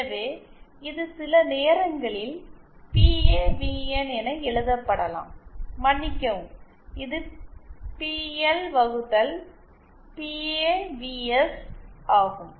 எனவே இது சில நேரங்களில் பிஏவிஎன் என எழுதப்படலாம் மன்னிக்கவும் இது பிஎல் வகுத்தல் பிஏவிஎஸ் ஆகும்